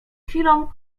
chwilą